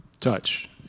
Touch